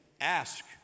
ask